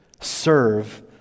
Serve